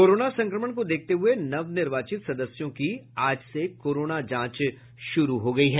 corona संक्रमण को देखते हये नवनिर्वाचित सदस्यों की आज से कोरोना की जांच शुरू हो गई है